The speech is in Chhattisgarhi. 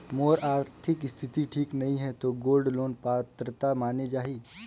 मोर आरथिक स्थिति ठीक नहीं है तो गोल्ड लोन पात्रता माने जाहि?